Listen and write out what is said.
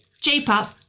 J-pop